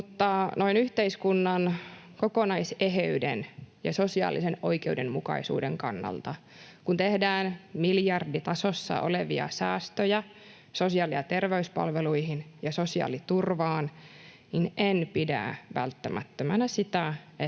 mutta noin yhteiskunnan kokonaiseheyden ja sosiaalisen oikeudenmukaisuuden kannalta, kun tehdään miljarditasossa olevia säästöjä sosiaali- ja terveyspalveluihin ja sosiaaliturvaan, en pidä välttämättömänä sitä,